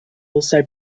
also